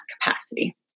capacity